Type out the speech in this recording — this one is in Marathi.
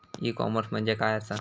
ई कॉमर्स म्हणजे काय असा?